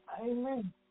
Amen